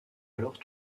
alors